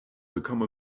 become